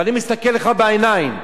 ואני מסתכל לך בעיניים: